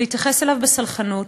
להתייחס אליו בסלחנות,